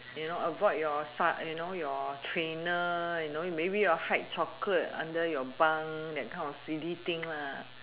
you know avoid your serg~ you know your trainer you know maybe you all hide chocolate under your bunk that kind of silly thing ah